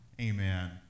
Amen